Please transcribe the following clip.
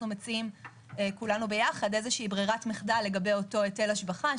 אז אנחנו מציעים כולנו ביחד ברירת מחדל לגבי אותו היטל השבחה.